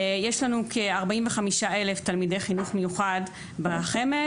(מוקרנת מצגת) יש לנו כ-45 אלף תלמידי חינוך מיוחד בחמ"ד,